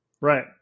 Right